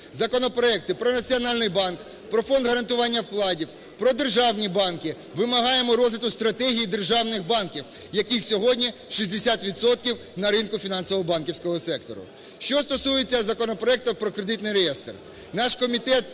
законопроекти про Національний банк, про Фонд гарантування вкладів, про державні банки. Вимагаємо розгляду стратегії державних банків, яких сьогодні 60 відсотків на ринку фінансово-банківського сектору. Що стосується законопроекту про кредитний реєстр?